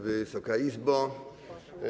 Wysoka Izbo!